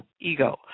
ego